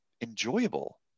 enjoyable